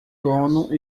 dono